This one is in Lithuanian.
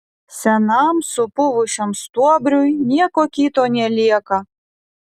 senam supuvusiam stuobriui nieko kito nelieka